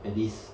at least